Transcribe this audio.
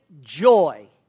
joy